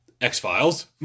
X-Files